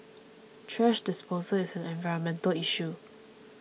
thrash disposal is an environmental issue